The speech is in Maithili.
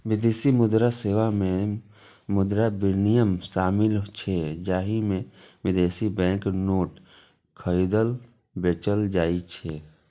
विदेशी मुद्रा सेवा मे मुद्रा विनिमय शामिल छै, जाहि मे विदेशी बैंक नोट खरीदल, बेचल जाइ छै